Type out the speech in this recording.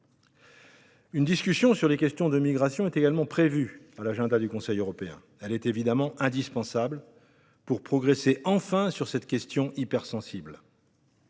une discussion sur les questions de migrations est prévue à l'agenda du Conseil européen. Elle est évidemment indispensable pour progresser enfin sur cette question très sensible.